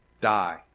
Die